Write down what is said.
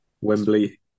Wembley